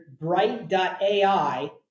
bright.ai